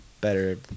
better